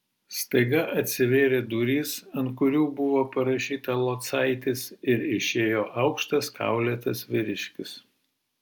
staiga atsivėrė durys ant kurių buvo parašyta locaitis ir išėjo aukštas kaulėtas vyriškis